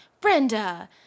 Brenda